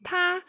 他